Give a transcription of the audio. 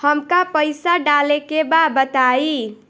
हमका पइसा डाले के बा बताई